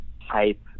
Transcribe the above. hype